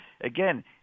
again